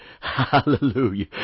Hallelujah